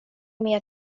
mia